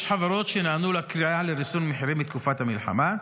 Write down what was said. יש חברות שנענו לקריאה לריסון מחירים בתקופת המלחמה,